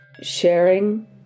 sharing